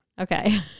Okay